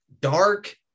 dark